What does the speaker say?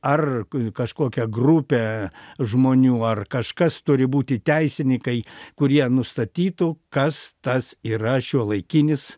ar kažkokią grupę žmonių ar kažkas turi būti teisinikai kurie nustatytų kas tas yra šiuolaikinis